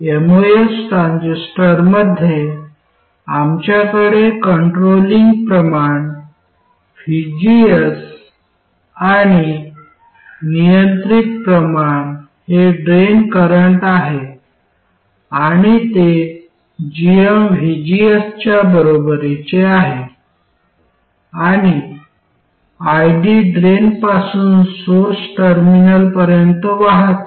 MOS ट्रान्झिस्टरमध्ये आमच्याकडे controlling प्रमाण vgs आणि नियंत्रित प्रमाण हे ड्रेन करंट आहे आणि ते gmvgs च्या बरोबरीचे आहे आणि id ड्रेनपासून सोर्स टर्मिनलपर्यंत वाहते